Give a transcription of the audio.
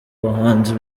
bahanzi